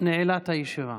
נעילת הישיבה.